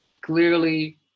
clearly